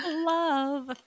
love